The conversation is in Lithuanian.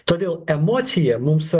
todėl emocija mums